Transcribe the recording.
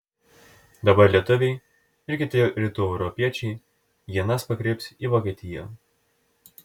dabar lietuviai ir kiti rytų europiečiai ienas pakreips į vokietiją